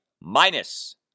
minus